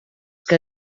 qui